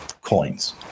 coins